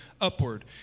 upward